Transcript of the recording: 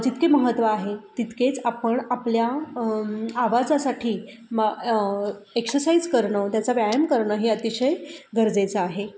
जितके महत्त्व आहे तितकेच आपण आपल्या आवाजासाठी एक्सरसाईज करणं त्याचा व्यायाम करणं हे अतिशय गरजेचं आहे